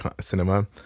cinema